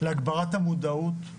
להגברת המודעות,